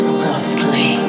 softly